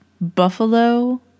Buffalo